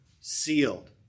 sealed